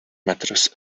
matters